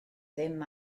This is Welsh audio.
ddim